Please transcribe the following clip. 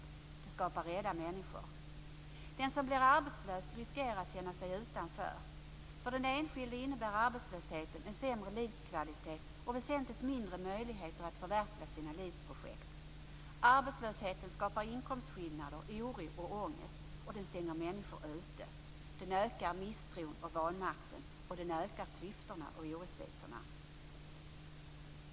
Detta skapar rädda människor. Den som blir arbetslös riskerar att känna sig utanför. För den enskilde innebär arbetslösheten en sämre livskvalitet och väsentligt mindre möjligheter att förverkliga sina livsprojekt. Arbetslösheten skapar inkomstskillnader, oro och ångest. Den stänger människor ute. Den ökar misstron och vanmakten. Den ökar klyftorna och orättvisorna.